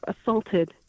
assaulted